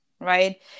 right